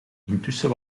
intussen